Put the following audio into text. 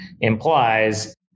implies